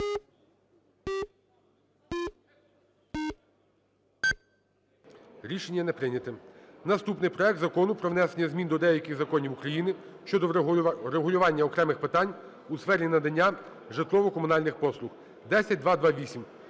11:57:24 За-179 Наступний. Проект Закону про внесення змін до деяких законів України щодо врегулювання окремих питань у сфері надання житлово-комунальних послуг (10228).